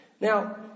Now